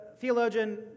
theologian